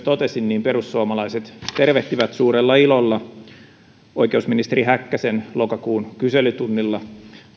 totesin perussuomalaiset tervehtivät suurella ilolla oikeusministeri häkkäsen lokakuun kyselytunnilla